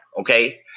okay